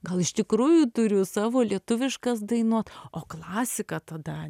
gal iš tikrųjų turiu savo lietuviškas dainuot o klasika tada